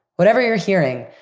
whatever you're hearing,